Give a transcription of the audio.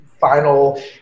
final